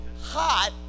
hot